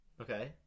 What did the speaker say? okay